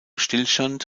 stillstand